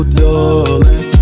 darling